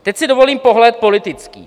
Teď si dovolím pohled politický.